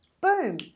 boom